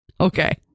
Okay